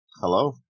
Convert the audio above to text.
Hello